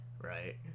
right